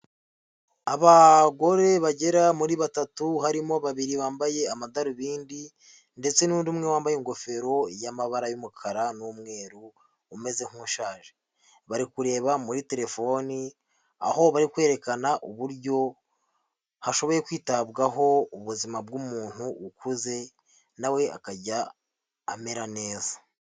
Abagore bagera muri batatu harimo babiri bambaye amadarubindi, ndetse n'undi umwe wambaye ingofero y'amabara y'umukara n'umweru umeze nk'ushaje. Bari kureba muri terefoni, aho bari kwerekana uburyo hashoboye kwitabwaho ubuzima bw'umuntu ukuze nawe akajya amera neza.